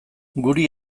guri